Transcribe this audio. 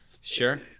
Sure